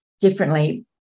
differently